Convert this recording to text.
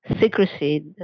secrecy